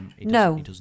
No